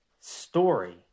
story